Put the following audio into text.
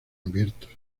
abiertos